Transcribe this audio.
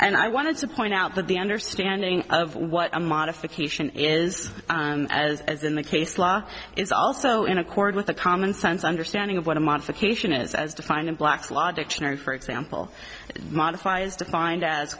and i wanted to point out that the understanding of what a modification is as as in the case law is also in accord with a commonsense understanding of what a modification is as defined in black's law dictionary for example modify is defined as